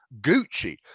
Gucci